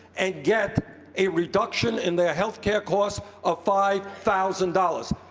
and get a reduction in their healthcare costs of five thousand dollars